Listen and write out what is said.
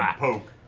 poke,